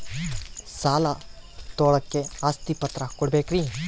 ಸಾಲ ತೋಳಕ್ಕೆ ಆಸ್ತಿ ಪತ್ರ ಕೊಡಬೇಕರಿ?